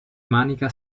manica